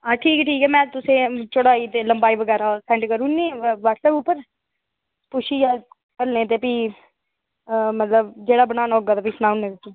आं ठीक ऐ ठीक ऐ में तुसेंगी चौड़ाई ते लंबाई सैंड करी ओड़नी आं व्हाट्सऐप उप्पर पुच्छियै ते करने आं भी मतलब जेह्ड़ा बनाना होगा ते सनाई ओड़ने आं